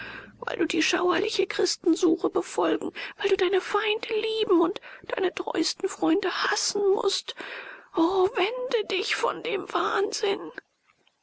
weil du die schauerliche christensure befolgen weil du deine feinde lieben und deine treuesten freunde hassen mußt o wende dich von dem wahnsinn